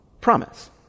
promise